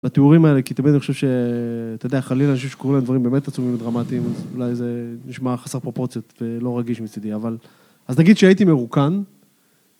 לתיאורים האלה, כי אתם יודעים, אני חושב שאתה יודע, חלילה, אנשים שקוראים להם דברים באמת עצומים ודרמטיים, אז אולי זה נשמע חסר פרופורציות ולא רגיש מצידי, אבל... אז נגיד שהייתי מרוקן,